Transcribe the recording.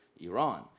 Iran